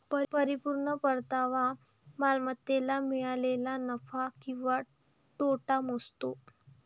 परिपूर्ण परतावा मालमत्तेला मिळालेला नफा किंवा तोटा मोजतो